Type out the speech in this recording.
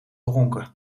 ronken